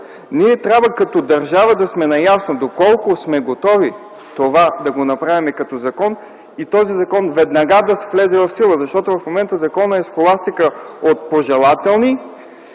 Ние като държава трябва да сме наясно доколко сме готови да направим това като закон и този закон веднага да влезе в сила. Защото в момента законът е схоластика от пожелателни